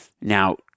Now